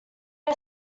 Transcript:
are